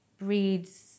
breeds